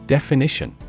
Definition